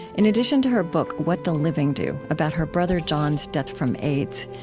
in addition to her book what the living do about her brother john's death from aids,